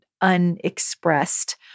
unexpressed